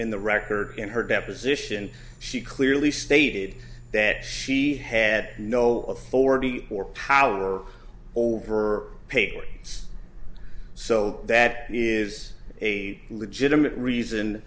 in the record in her deposition she clearly stated that she had no authority or power over her paper so that is a legitimate reason